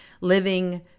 living